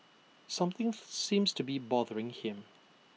something seems to be bothering him